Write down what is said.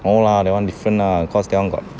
no lah that one different lah cause that one got